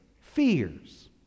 fears